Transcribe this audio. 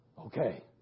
Okay